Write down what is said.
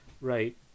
right